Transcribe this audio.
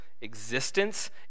existence